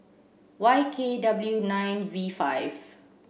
Y K W nine V five